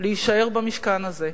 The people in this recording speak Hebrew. להישאר במשכן הזה,